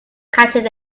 catching